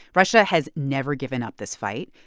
russia has never given up this fight.